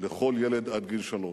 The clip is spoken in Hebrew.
לכל ילד עד גיל שלוש.